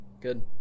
Good